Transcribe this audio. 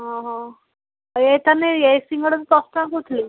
ଅଁ ହଁ ଏ ତାହେଲେ ଏ ସିଙ୍ଗଡ଼ା ଦଶ ଟଙ୍କା କହୁଥିଲେ